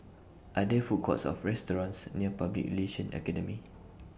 Are There Food Courts Or restaurants near Public Relations Academy